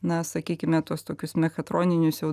na sakykime tuos tokius mechatroninius jau